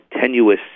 tenuous